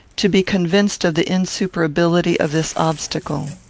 to be convinced of the insuperability of this obstacle.